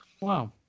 Wow